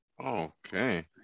okay